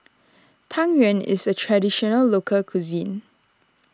Tang Yuen is a Traditional Local Cuisine